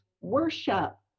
worship